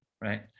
right